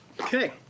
Okay